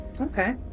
Okay